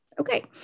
Okay